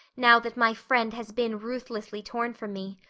now that my friend has been ruthlessly torn from me.